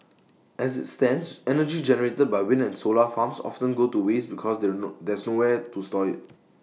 as IT stands energy generated by wind and solar farms often goes to waste because there no there's nowhere to store IT